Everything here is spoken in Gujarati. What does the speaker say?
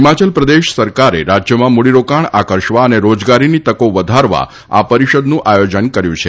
હિમાચલ પ્રદેશ સરકારે રાજ્યમાં મૂડીરોકાણ આકર્ષવા અને રોજગારીની તકો વધારવા આ પરિષદનું આયોજન કર્યું છે